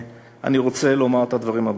אני רוצה לומר את הדברים הבאים,